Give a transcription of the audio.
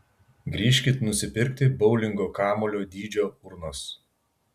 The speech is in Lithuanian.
grįžkit nusipirkti boulingo kamuolio dydžio urnos